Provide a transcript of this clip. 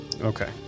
Okay